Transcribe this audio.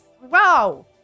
Wow